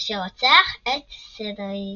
אשר רוצח את סדריק.